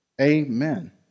Amen